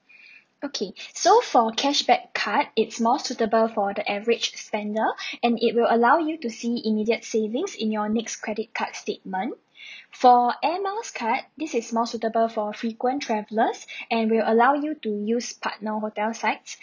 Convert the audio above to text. okay so for cashback card it's more suitable for the average spender and it will allow you to see immediate savings in your next credit card statement for air miles card this is more suitable for frequent travellers and will allow you to use partner hotel sites